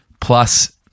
plus